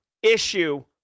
issue